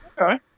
Okay